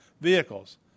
vehicles